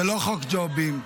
זה לא חוק ג'ובים.